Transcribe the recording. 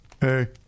Hey